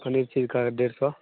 पनीर का डेढ़ सौ